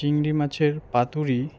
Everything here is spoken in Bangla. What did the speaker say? চিংড়ি মাছের পাতুড়ি